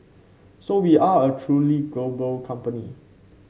so we are a truly global company